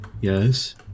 yes